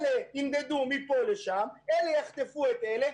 אלה ינדדו מפה לשם, אלה יחטפו את אלה.